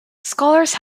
scholars